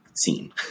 scene